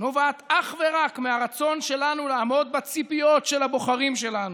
נובעת אך ורק מהרצון שלנו לעמוד בציפיות של הבוחרים שלנו.